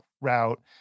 route